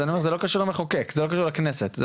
אז זה לא קשור למחוקק, זה לא קשור לכנסת כבר.